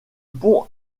pont